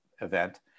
event